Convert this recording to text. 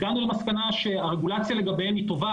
הגענו למסקנה שהרגולציה לגביהם היא טובה